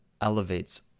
elevates